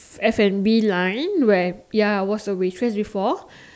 F&B line and ya I was a waitress before